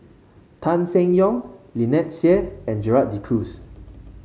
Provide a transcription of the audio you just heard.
Tan Seng Yong Lynnette Seah and Gerald De Cruz